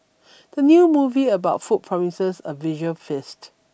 the new movie about food promises a visual feast